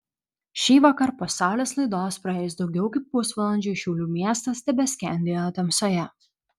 šįvakar po saulės laidos praėjus daugiau kaip pusvalandžiui šiaulių miestas tebeskendėjo tamsoje